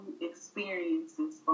experiences